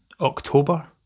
October